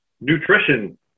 nutrition